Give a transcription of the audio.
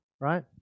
right